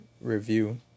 review